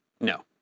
No